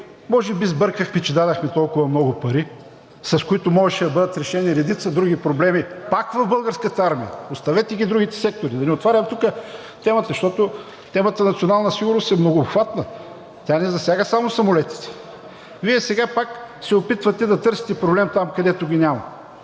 може би сбъркахме, че дадохме толкова много пари, с които можеха да бъдат решени редица други проблеми, пак в Българската армия, оставете ги другите сектори – да не отварям тук темата, защото темата „Национална сигурност“ е многообхватна. Тя не засяга само самолетите. Вие сега пак се опитвате да търсите проблеми там, където ги няма.